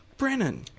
Brennan